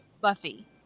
Buffy